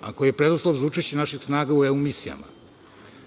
a koji je preduslov za učešće naših snaga u EU misijama. Nadamo